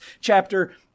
Chapter